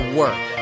work